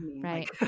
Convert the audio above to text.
right